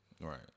Right